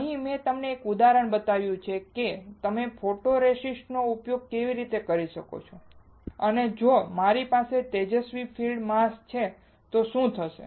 અહીં મેં તમને એક ઉદાહરણ બતાવ્યું છે કે તમે ફોટોરેસિસ્ટ નો ઉપયોગ કેવી રીતે કરી શકો છો અને જો મારી પાસે તેજસ્વી ફીલ્ડ માસ્ક છે તો શું થશે